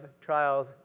trials